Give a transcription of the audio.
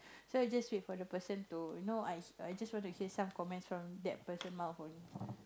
so I just wait for the person to you know I I just want to hear some comments from that person mouth only